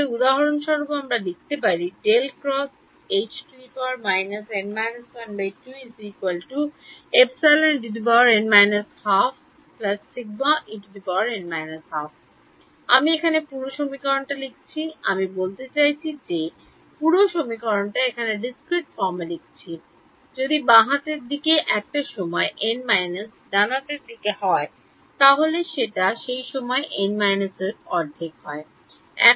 তাহলে উদাহরণ স্বরূপ আমি লিখতে পারি আমি এখানে পুরো সমীকরণটা লিখেছি আমি বলতে চাইছি যে পুরো সমীকরণটা একটা Discrete Form এ লিখেছি যদি বাম হাতের দিক একটা সময় n minus ডান হাতের দিক হয় তাহলে সেটা সেই সময়ে n minus অর্ধেক হবে